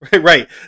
Right